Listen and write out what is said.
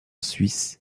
suisse